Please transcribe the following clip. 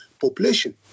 population